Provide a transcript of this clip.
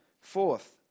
Fourth